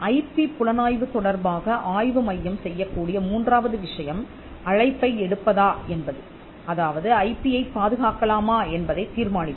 IP புலனாய்வு தொடர்பாக ஆய்வு மையம் செய்யக்கூடிய மூன்றாவது விஷயம் அழைப்பை எடுப்பதா என்பது அதாவது ஐபி யைப் பாதுகாக்கலாமா என்பதைத் தீர்மானிப்பது